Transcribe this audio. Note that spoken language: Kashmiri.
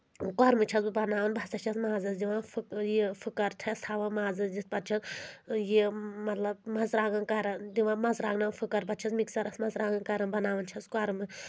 کۄرمہٕ چھَس بہٕ بناوان بہٕ ہسا چھَس مازس دِوان یہِ فکر چھَس تھاوان مازس دِتھ پتہٕ چھَس یہِ مطلب مژٕرٛوانٛگَن کَران دِوان مژٕ وانٛگنن فھٕکر بہٕ چھَس مِکسرَس منٛز رنٛگن کران بناوان چھَس کۄرمہٕ